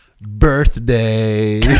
birthday